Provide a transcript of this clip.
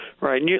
Right